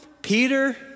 Peter